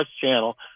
channel